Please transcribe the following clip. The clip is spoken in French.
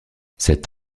cet